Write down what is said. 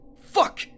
fuck